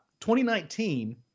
2019